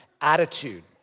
attitude